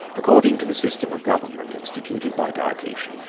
according to the system of government instituted by diocletian,